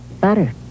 Butter